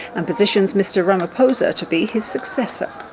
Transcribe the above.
and positions mr ramaphosa to be his successor.